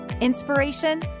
inspiration